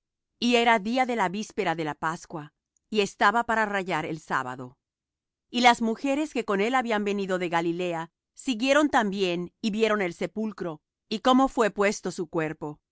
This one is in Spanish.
y era día de la víspera de la pascua y estaba para rayar el sábado y las mujeres que con él habían venido de galilea siguieron también y vieron el sepulcro y cómo fué puesto su cuerpo